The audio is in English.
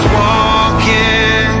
walking